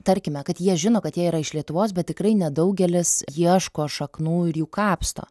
tarkime kad jie žino kad jie yra iš lietuvos bet tikrai nedaugelis ieško šaknų ir jų kapsto